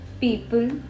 people